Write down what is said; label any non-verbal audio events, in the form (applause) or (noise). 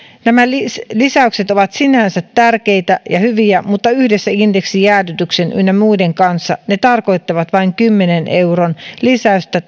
nämä lisäykset ovat sinänsä tärkeitä ja hyviä mutta yhdessä indeksijäädytyksen ynnä muiden kanssa ne tarkoittavat vain kymmenen euron lisäystä (unintelligible)